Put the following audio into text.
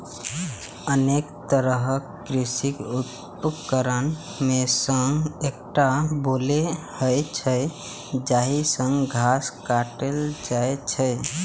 अनेक तरहक कृषि उपकरण मे सं एकटा बोलो होइ छै, जाहि सं घास काटल जाइ छै